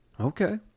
Okay